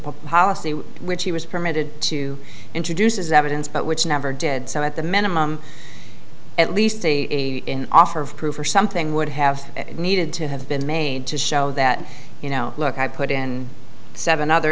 policy which he was permitted to introduce as evidence but which never did so at the minimum at least a offer of proof or something would have needed to have been made to show that you know look i put in seven other